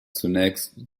zunächst